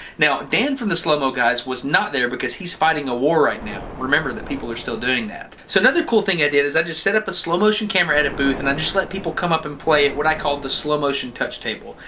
now dan from the slow mo guys was not there because he's fighting a war right now. remember that people are still doing that. so another cool thing i did is i just setup a slow motion camera edit booth and i just let people come up and play at what i call the slow motion touch table.